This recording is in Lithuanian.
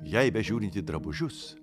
jai bežiūrint į drabužius